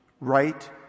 right